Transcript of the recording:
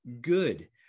good